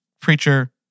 preacher